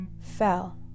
fell